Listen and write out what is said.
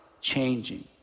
changing